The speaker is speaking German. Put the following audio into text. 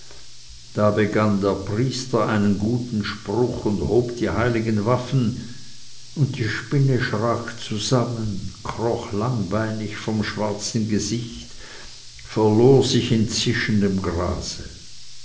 da begann der priester einen guten spruch und hob die heiligen waffen und die spinne schrak zusammen kroch langbeinig vom schwarzen gesichte verlor sich in zischendem grase